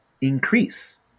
increase